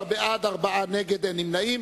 12 בעד, ארבעה נגד, אין נמנעים.